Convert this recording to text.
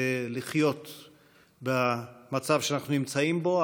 לחיות במצב שאנחנו נמצאים בו,